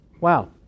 Wow